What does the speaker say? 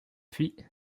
puis